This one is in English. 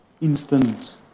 instant